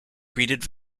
greeted